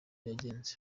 yagenze